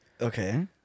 Okay